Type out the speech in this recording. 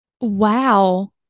Wow